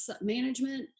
management